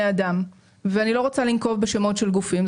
אדם ואני לא רוצה לנקוב בשמות של גופים.